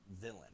villain